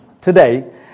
Today